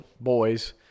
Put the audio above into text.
boys